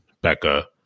Becca